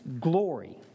glory